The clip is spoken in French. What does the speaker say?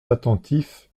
attentifs